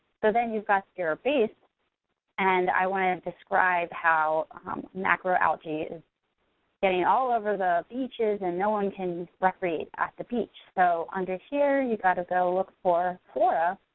so then you've got your base and i want to describe how macroalgae is getting all over the beaches and no one can recreate at the beach. so under here you gotta go look for flora,